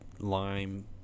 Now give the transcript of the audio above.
lime